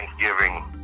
Thanksgiving